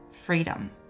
freedom